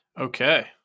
Okay